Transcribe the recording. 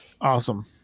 Awesome